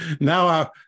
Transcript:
now